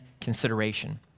consideration